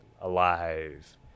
alive